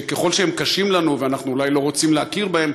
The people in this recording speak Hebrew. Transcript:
ככל שהם קשים לנו ואנחנו אולי לא רוצים להכיר בהם,